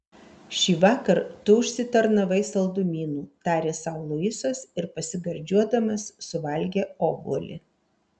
šįvakar tu užsitarnavai saldumynų tarė sau luisas ir pasigardžiuodamas suvalgė obuolį